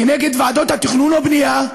כנגד ועדות התכנון והבנייה: